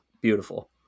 beautiful